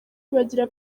bagira